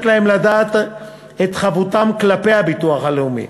להם לדעת את חבותם כלפי הביטוח הלאומי.